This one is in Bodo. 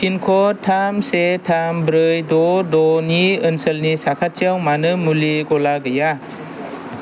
पिनक'ड थाम से थाम ब्रै द' द'नि ओनसोलनि साखाथियाव मानो मुलि गला गैया